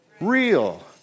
real